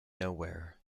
nowhere